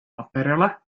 materjale